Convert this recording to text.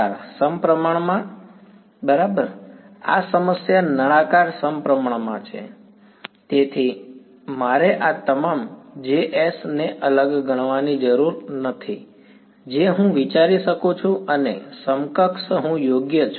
નળાકાર સપ્રમાણમાં બરાબર આ સમસ્યા નળાકાર સપ્રમાણમાં છે તેથી મારે આ તમામ Js ને અલગ ગણવાની જરૂર નથી જે હું વિચારી શકું છું અને સમકક્ષ હું યોગ્ય છું